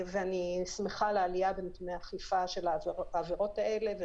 אני שמחה לעלייה בנתוני האכיפה של העבירות האלה,